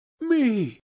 me